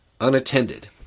Unattended